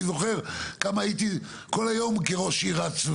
אני זוכר כמה הייתי כל היום כראש עיר רץ,